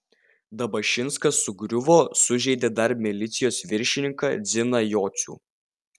dabašinskas sugriuvo sužeidė dar milicijos viršininką dzidą jocių